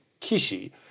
Kishi